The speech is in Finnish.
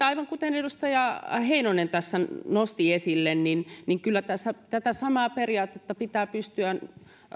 aivan kuten edustaja heinonen tässä nosti esille kyllä tässä tätä samaa periaatetta pitää pystyä